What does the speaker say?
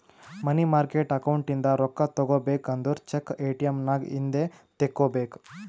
ಮನಿ market account ಇಂದ ರೊಕ್ಕಾ ತಗೋಬೇಕು ಅಂದುರ್ ಚೆಕ್, ಎ.ಟಿ.ಎಮ್ ನಾಗ್ ಇಂದೆ ತೆಕ್ಕೋಬೇಕ್